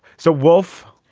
so, wolf,